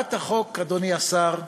אדוני השר,